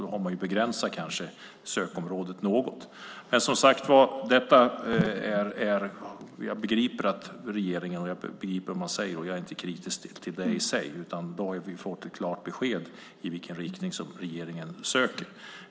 Då har sökområdet begränsats något. Jag är inte kritisk mot detta. I dag har vi fått ett klart besked i vilken riktning som regeringen söker.